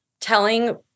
Telling